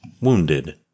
wounded